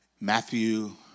Matthew